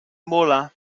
mola